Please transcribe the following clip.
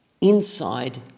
inside